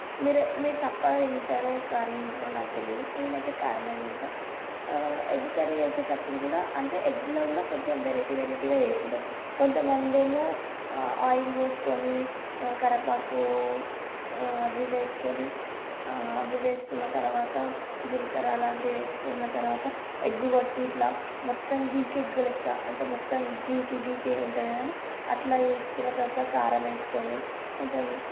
మీరే మీరు చప్పగా తింటారో కారం తింటారో నాకు తెలియదు నేను అయితే కారమే తింటాను ఎగ్గు కర్రీ చేసేటప్పుడు కూడా అంటే ఎగ్గులో కూడా కొంచెం వెరైటీ వెరైటీగా చేసుకుంటాము కొంత మందేమో ఆయిల్ పోసుకొని కరివేపాకు అవి ఇవి వేసుకొని అవి ఇవి వేసుకున్న తరువాత జీలకర్ర అలాంటివి వేసుకున్న తరువాత ఎగ్గు కొట్టి ఇట్లా మొత్తం గీకి గీకి లెక్క అంటే మొత్తం గీకి గీకి ఉంటుంది కదండీ అట్లా చేసుకున్న తరువాత కారం వేసుకొని కొంచెం